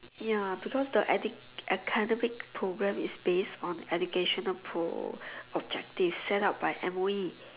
ya because the ad~ academic program is based on the educational pro objective set up by M_O_E